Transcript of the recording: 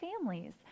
families